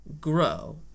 grow